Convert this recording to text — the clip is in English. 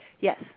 Yes